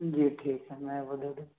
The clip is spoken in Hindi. जी ठीक है मैं बदल